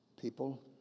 people